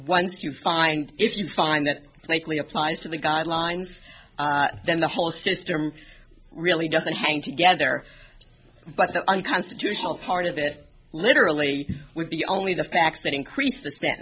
once you find if you find that likely applies to the guidelines then the whole system really doesn't hang together but the unconstitutional part of it literally would be only the facts that increase the senten